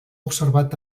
observat